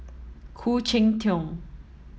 Khoo Cheng Tiong